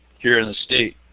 here in the state.